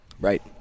Right